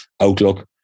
outlook